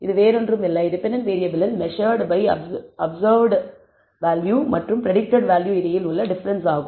இது வேறொன்றுமில்லை டிபெண்டன்ட் வேறியபிளின் மெசர்ட்அப்சர்வ்ட்measuredobserved வேல்யூ மற்றும் பிரடிக்டட் வேல்யூ இடையில் உள்ள டிஃபரன்ஸ் ஆகும்